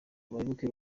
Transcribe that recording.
abayoboke